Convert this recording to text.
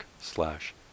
slash